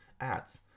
ads